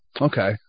Okay